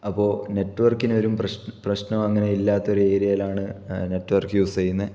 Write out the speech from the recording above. അപ്പോൾ നെറ്റ് വർക്കിന് ഒരു പ്രശ്നമൊന്നും ഇല്ലാത്ത ഒരു ഏരിയയിൽ ആണ് ഞാൻ നെറ്റ് വർക്ക് യൂസ് ചെയ്യുന്നത്